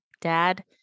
dad